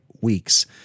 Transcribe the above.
weeks